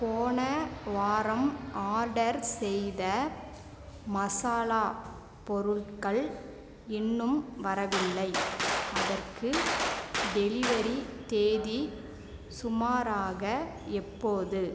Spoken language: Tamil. போன வாரம் ஆர்டர் செய்த மசாலா பொருட்கள் இன்னும் வரவில்லை அதற்கு டெலிவரி தேதி சுமாராக எப்போது